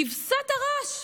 כבשת הרש.